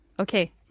Okay